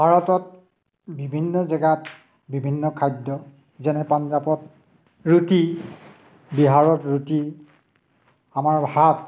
ভাৰতত বিভিন্ন জেগাত বিভিন্ন খাদ্য যেনে পাঞ্জাৱত ৰুটি বিহাৰত ৰুটি আমাৰ ভাত